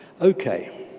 Okay